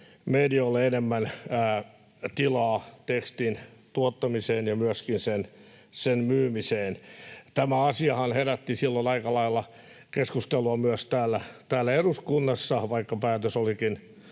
medialle enemmän tilaa tekstin tuottamiseen ja myöskin sen myymiseen. Tämä asiahan herätti silloin aika lailla keskustelua myös täällä eduskunnassa, vaikka päätös olikin